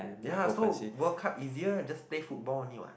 ya so World Cup easier just play football only what